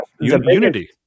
Unity